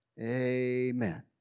Amen